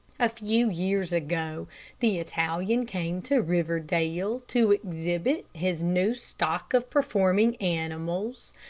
a few years ago the italian came to riverdale, to exhibit his new stock of performing animals.